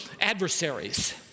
adversaries